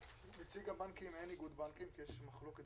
אין כאן נציג של איגוד הבנקים כי יש מחלוקת בין הבנקים.